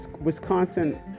Wisconsin